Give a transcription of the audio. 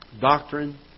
Doctrine